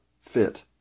fit